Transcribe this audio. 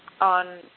on